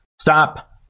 stop